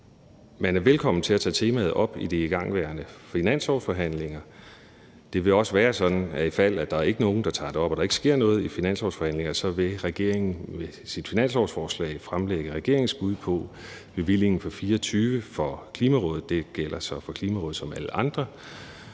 Man er velkommen til at tage temaet op i de igangværende finanslovsforhandlinger. Det vil også være sådan, at ifald der ikke er nogen, der tager det op, og der ikke sker noget i finanslovsforhandlingerne, vil regeringen med sit finanslovsforslag fremlægge regeringens bud på bevillingen for 2024 til Klimarådet. Og det gælder så for Klimarådet, som det